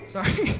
Sorry